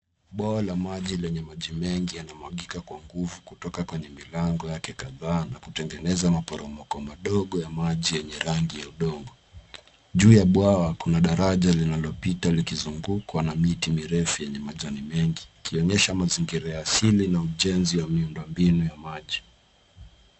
Bwawa la maji, lenye maji mengi yanamwagika kwa nguvu kutoka kwenye milango yake kadhaa na kutengeneza maporomoko madogo ya maji yenye rangi ya udongo. Juu ya bwawa, kuna daraja linalopita, likizungukwa na miti mirefu yenye majani mengi, likionyesha mazingira ya asili na ujenzi wa miundombinu ya maji.